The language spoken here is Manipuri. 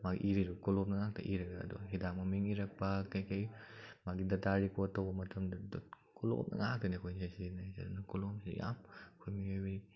ꯃꯥꯒꯤ ꯏꯔꯤꯗꯣ ꯀꯣꯂꯣꯝꯅ ꯉꯥꯛꯇ ꯏꯔꯒ ꯑꯗꯨꯒ ꯍꯤꯗꯥꯛ ꯃꯃꯤꯡ ꯏꯔꯛꯄ ꯀꯔꯤ ꯀꯔꯤ ꯃꯍꯥꯛꯀꯤ ꯗꯥꯇꯥ ꯔꯤꯄꯣꯔꯠ ꯇꯧꯕ ꯃꯇꯝꯗ ꯀꯣꯂꯣꯝꯅ ꯉꯥꯛꯇꯅꯤ ꯑꯩꯈꯣꯏꯅ ꯁꯤꯖꯤꯟꯅꯔꯤꯁꯦ ꯑꯗꯨꯅ ꯀꯣꯂꯣꯝꯁꯤ ꯌꯥꯝ ꯑꯩꯈꯣꯏ ꯃꯤꯑꯣꯏꯕꯒꯤ